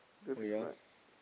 oh ya